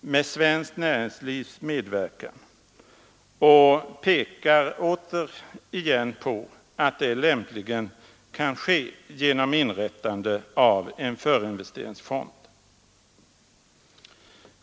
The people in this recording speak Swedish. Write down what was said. med svenskt näringslivs medverkan, och pekar återigen på att detta lämpligen kan ske genom inrättande av en förinvesteringsfond.